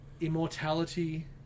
immortality